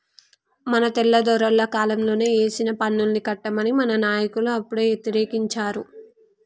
మన తెల్లదొరల కాలంలోనే ఏసిన పన్నుల్ని కట్టమని మన నాయకులు అప్పుడే యతిరేకించారు